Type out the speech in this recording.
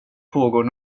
pågår